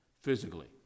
physically